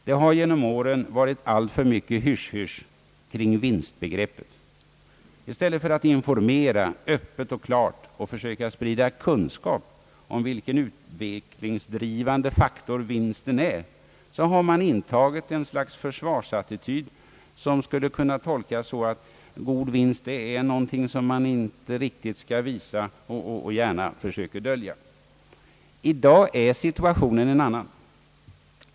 Det har genom åren varit alltför mycket hysch-hysch kring vinstbegreppet. I stället för att informera öppet och klart och försöka sprida kunskap om vilken utvecklingsdrivande faktor vinsten är, har man intagit ett slags försvarsattityd, som skulle kunna tolkas så att god vinst är något man inte riktigt skall visa och som man gärna vill försöka dölja. I dag är situationen en annan.